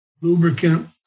lubricant